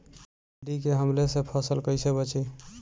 टिड्डी के हमले से फसल कइसे बची?